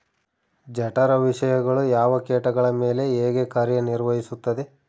ಜಠರ ವಿಷಯಗಳು ಯಾವ ಕೇಟಗಳ ಮೇಲೆ ಹೇಗೆ ಕಾರ್ಯ ನಿರ್ವಹಿಸುತ್ತದೆ?